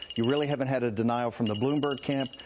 you really haven't had a denial from the bloomberg camp,